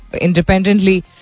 independently